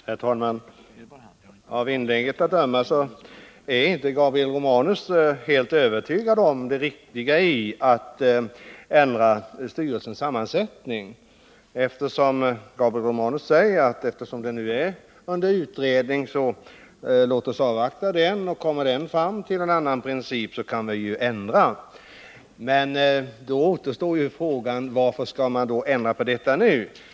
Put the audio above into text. Herr talman! Av inlägget att döma är Gabriel Romanus inte helt övertygad om det riktiga i att ändra styrelsens sammansättning. Gabriel Romanus säger att eftersom denna fråga nu utreds bör vi avvakta utredningen. Om den kommer fram till en annan princip kan vi ändra styrelsens sammansättning igen. Men då reser sig frågan: Varför skall vi i så fall nu ändra styrelsens sammansättning?